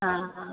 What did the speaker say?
हा हा